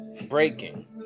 Breaking